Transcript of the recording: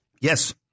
Yes